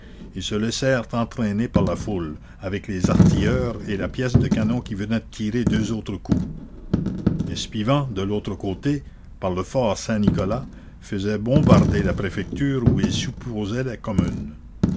ils se laissèrent entraîner par la foule avec les artilleurs et la pièce de canon qui venait de tirer deux autres coups espivent de l'autre côté par le fort saint-nicolas faisait bombarder la préfecture où il supposait la commune